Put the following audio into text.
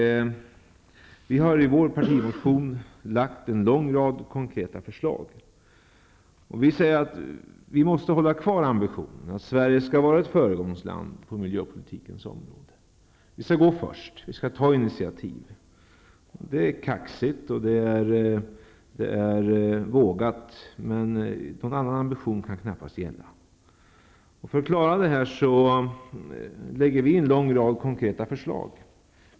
Vi har i vår partimotion lagt fram en lång rad konkreta förslag. Vi måste hålla kvar ambitionen att Sverige skall vara ett föregångsland på miljöpolitikens område. Vi skall gå först, ta initiativ. Det är kaxigt och vågat, men någon annan ambition kan knappast gälla. För att klara detta lägger vi fram en lång rad konkreta förslag.